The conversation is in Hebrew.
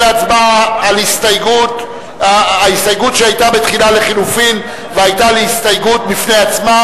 ההסתייגות שהיתה בתחילה לחלופין והיתה להסתייגות בפני עצמה,